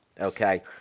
okay